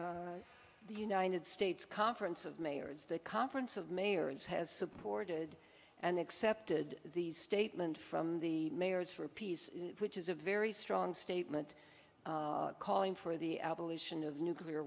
s the united states conference of mayors the conference of mayors has supported and accepted the statement from the mayors for peace which is a very strong statement calling for the abolition of nuclear